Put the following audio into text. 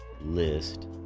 list